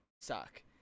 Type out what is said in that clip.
suck